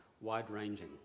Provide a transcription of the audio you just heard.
wide-ranging